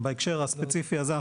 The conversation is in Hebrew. בהקשר הספציפי הזה,